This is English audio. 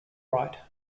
right